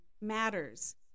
matters